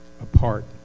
apart